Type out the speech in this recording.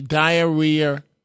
diarrhea